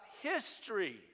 history